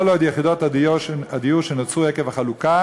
כל עוד יחידות הדיור שנוצרו עקב החלוקה